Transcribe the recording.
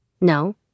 no